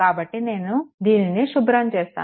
కాబట్టి నేను దీనిని శుభ్రం చేస్తాను